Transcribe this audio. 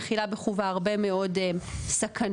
מכילה בחובה הרבה מאוד סכנות,